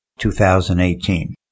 2018